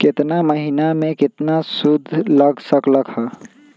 केतना महीना में कितना शुध लग लक ह?